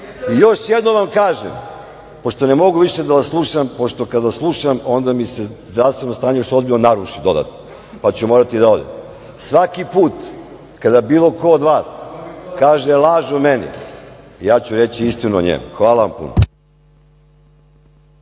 jednom vam kažem, pošto ne mogu više da vas slušam, pošto kada slušam onda mi se zdravstveno stanje ozbiljno naruši dodatno, pa ću morati da odem. Svaki put kada bilo ko od vas kaže laž o meni, ja ću reći istinu o njemu. Hvala vam puno.